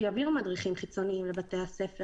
שיביאו מדריכים חיצוניים לבתי הספר.